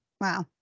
Wow